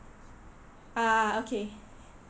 uh uh okay